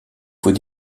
faut